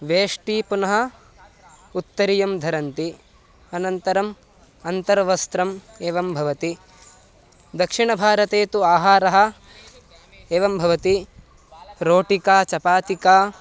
वेष्टी पुनः उत्तरीयं धरन्ति अनन्तरम् अन्तर्वस्त्रम् एवं भवति दक्षिणभारते तु आहारः एवं भवति रोटिका चपातिका